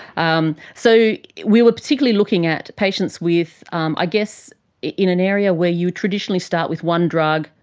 um so we were particularly looking at patients with um i guess in an area where you traditionally start with one drug,